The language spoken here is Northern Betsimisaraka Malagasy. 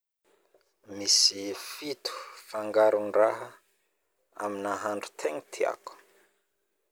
Misy fito fangarondraha amin'ny ahandro tegna tiako